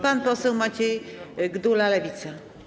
Pan poseł Maciej Gdula, Lewica.